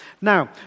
Now